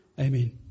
Amen